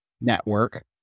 network